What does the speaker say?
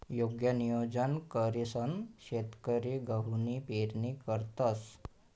योग्य नियोजन करीसन शेतकरी गहूनी पेरणी करतंस